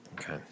Okay